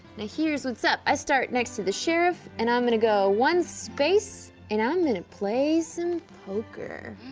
and here's what's up, i start next to the sheriff and i'm gonna go one space and i'm gonna play some poker.